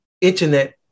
Internet